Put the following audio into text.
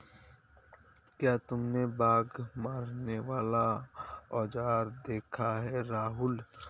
क्या तुमने बाघ मारने वाला औजार देखा है राहुल?